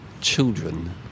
children